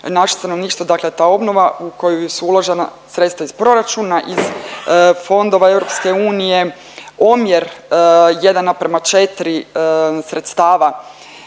naše stanovništvo, dakle ta obnova u koju su uložena sredstva iz proračuna iz fondova EU omjer 1:4 sredstava